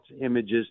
images